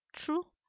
true